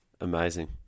Amazing